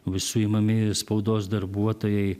suimami spaudos darbuotojai